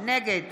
נגד